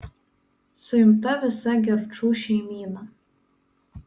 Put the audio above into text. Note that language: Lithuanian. suimta visa gerčų šeimyna